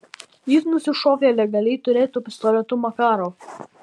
jis nusišovė legaliai turėtu pistoletu makarov